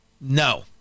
No